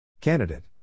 Candidate